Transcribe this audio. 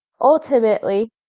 Ultimately